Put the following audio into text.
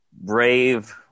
brave